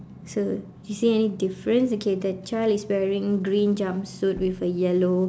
so you see any difference okay the child is wearing green jumpsuit with a yellow